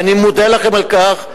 ואני מודה לכם על כך,